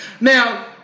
Now